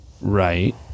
Right